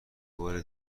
بار